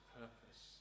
purpose